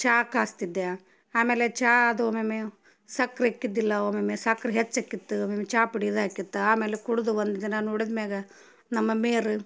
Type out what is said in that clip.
ಚಾ ಕಾಸ್ತಿದ್ದೆ ಆಮೇಲೆ ಚಾ ಅದು ಒಮ್ಮೊಮ್ಮೆ ಸಕ್ರೆ ಎಕ್ಕಿದಿಲ್ಲ ಒಮ್ಮೊಮ್ಮೆ ಸಕ್ರೆ ಹೆಚ್ಚು ಎಕ್ಕಿತ್ತು ಒಮ್ಮೊಮ್ಮೆ ಚಾಪುಡಿ ಇದು ಆಕಿತ್ತು ಆಮೇಲೆ ಕುಡಿದು ಒಂದು ದಿನ ನೋಡಿದ ಮ್ಯಾಲ ನಮ್ಮ ಮಮ್ಮಿಯವರು